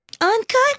Uncut